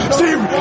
Steve